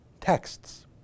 texts